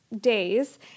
days